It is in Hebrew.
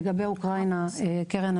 לגבי אוקראינה קרן,